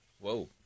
Whoa